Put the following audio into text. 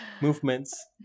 Movements